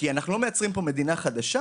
כי אנחנו לא מייצרים פה מדינה חדשה,